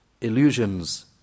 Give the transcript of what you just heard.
illusions